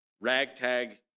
ragtag